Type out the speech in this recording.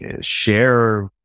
share